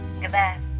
Goodbye